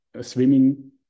swimming